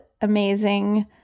amazing